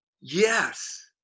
yes